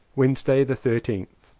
wednesday the thirteenth.